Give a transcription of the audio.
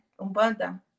Umbanda